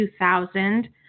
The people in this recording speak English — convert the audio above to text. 2000